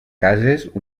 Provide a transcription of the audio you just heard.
cases